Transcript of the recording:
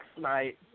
night